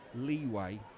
leeway